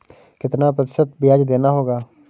कितना प्रतिशत ब्याज देना होगा?